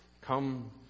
Come